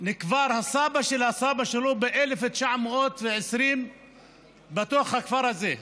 נקבר הסבא של הסבא שלו ב-1920 בתוך הכפר הזה.